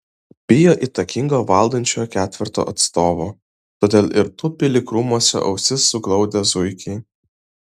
bijo įtakingo valdančiojo ketverto atstovo todėl ir tupi lyg krūmuose ausis suglaudę zuikiai